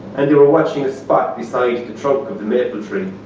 and they were watching a spot beside the trunk of the maple tree.